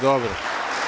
Dobro.